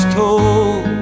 told